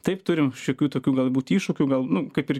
taip turim šiokių tokių galbūt iššūkių gal nu kaip ir